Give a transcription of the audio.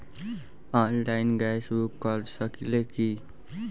Online gas book कर सकिले की?